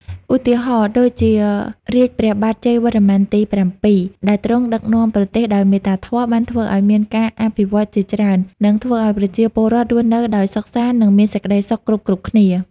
ឧទាហរណ៍ដូចជា រាជ្យព្រះបាទជ័យវរ្ម័នទី៧ ដែលទ្រង់ដឹកនាំប្រទេសដោយមេត្តាធម៌ បានធ្វើឲ្យមានការអភិវឌ្ឍន៍ជាច្រើន និងធ្វើឱ្យប្រជាពលរដ្ឋរស់នៅដោយសុខសាន្ត និងមានសេចក្តីសុខគ្រប់ៗគ្នា។